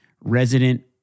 resident